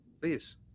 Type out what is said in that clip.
Please